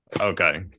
Okay